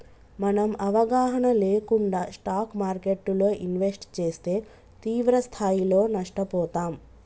మనం అవగాహన లేకుండా స్టాక్ మార్కెట్టులో ఇన్వెస్ట్ చేస్తే తీవ్రస్థాయిలో నష్టపోతాం